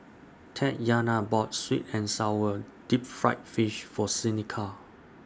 Tatyana bought Sweet and Sour Deep Fried Fish For Seneca